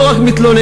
לא רק מתלוננים,